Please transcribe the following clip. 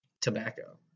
tobacco